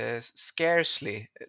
scarcely